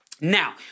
Now